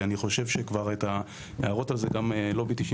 ואני חושב שגם את ההערות על זה גם לובי 99